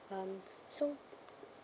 um so